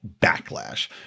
backlash